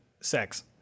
sex